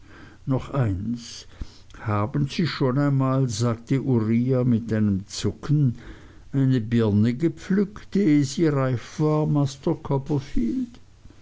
noch eins haben sie schon einmal sagte uriah mit einem zucken eine birne gepflückt ehe sie reif war